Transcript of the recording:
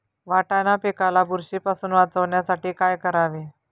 वाटाणा पिकाला बुरशीपासून वाचवण्यासाठी काय करावे?